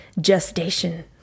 gestation